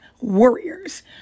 warriors